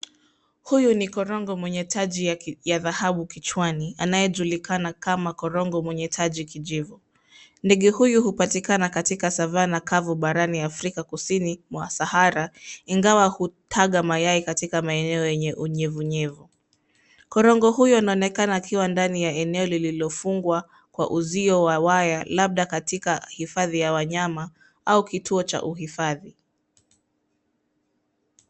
Huyu ni korongo mwenye taji ya dhahabu kichwani anayejulikana kama korongo mwenye taji kijivu. Ndege huyu hupatikana katika Savanna kavu barani Afrika Kusini mwa Sahara ingawa hutaga mayai katika maeneo yenye unyevunyevu. Korongo huyo anaonekana akiwa ndani ya eneo lililofungwa kwa uzio wa waya labda katika hifadhi ya wanyama au kituo cha uhifadhi.